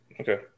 Okay